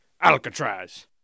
Alcatraz